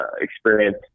experience